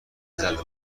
زدو